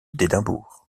d’édimbourg